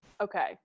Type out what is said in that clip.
Okay